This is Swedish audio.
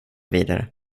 vidare